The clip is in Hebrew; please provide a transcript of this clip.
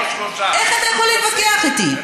איך אתה יכול להתווכח איתי?